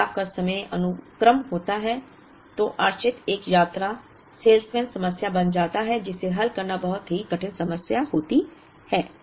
जब बदलाव का समय अनुक्रम होता है तो आश्रित एक यात्रा सेल्समैन समस्या बन जाता है जिसे हल करना बहुत ही कठिन समस्या होती है